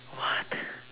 what